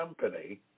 company